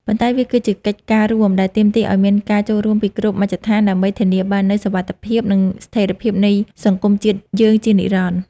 ប៉ុន្តែវាគឺជាកិច្ចការរួមដែលទាមទារឱ្យមានការចូលរួមពីគ្រប់មជ្ឈដ្ឋាន ដើម្បីធានាបាននូវសុវត្ថិភាព និងស្ថិរភាពនៃសង្គមជាតិយើងជានិរន្តរ៍។